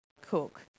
cook